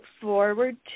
forward